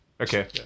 Okay